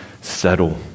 settle